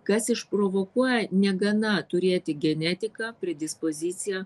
kas išprovokuoja negana turėti genetiką predispoziciją